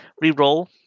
re-roll